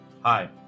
Hi